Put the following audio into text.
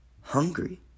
hungry